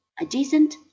adjacent